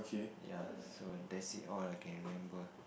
ya so and that's all I can remember